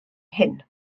hyn